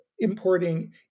importing